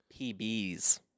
PBs